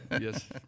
Yes